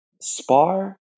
spar